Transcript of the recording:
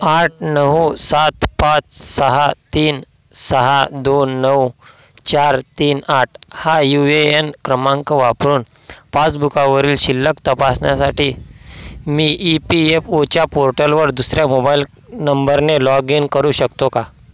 आठ नऊ सात पाच सहा तीन सहा दोन नऊ चार तीन आठ हा यू ए एन क्रमांक वापरून पासबुकावरील शिल्लक तपासण्यासाठी मी ई पी एफ ओच्या पोर्टलवर दुसर्या मोबाईल नंबरने लॉग इन करू शकतो का